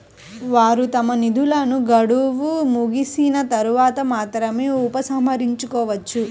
వారు తమ నిధులను గడువు ముగిసిన తర్వాత మాత్రమే ఉపసంహరించుకోవచ్చు